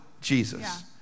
Jesus